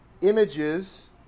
images